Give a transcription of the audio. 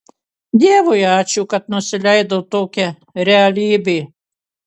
dievui ačiū kad nusileido tokia realybė